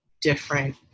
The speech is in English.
different